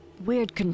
weird